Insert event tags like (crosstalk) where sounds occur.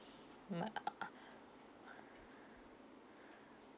mm (noise)